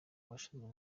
abashinzwe